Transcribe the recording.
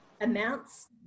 Amounts